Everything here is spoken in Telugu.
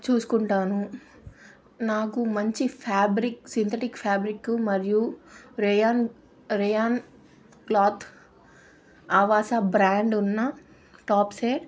చూసుకుంటాను నాకు మంచి ఫ్యాబ్రిక్ సింథటిక్ ఫ్యాబ్రిక్కు మరియు రేయాన్ రేయాన్ క్లాత్ ఆవాస బ్రాండ్ ఉన్న టాప్సే